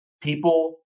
People